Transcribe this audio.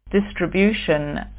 distribution